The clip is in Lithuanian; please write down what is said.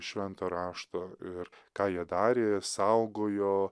švento rašto ir ką jie darė saugojo